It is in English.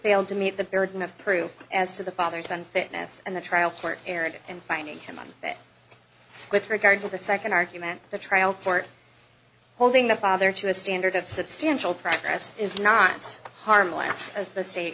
failed to meet the burden of proof as to the father's unfitness and the trial for eric and finding him unfit with regard to the second argument the trial court holding the father to a standard of substantial progress is not harmless as the state